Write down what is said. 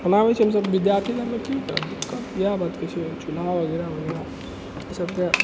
बनाबै छियै हमसभ विद्यार्थी लाइफमे की करब दिक्कत इएह बातके छै चूल्हा वगैरह वगैरह सभके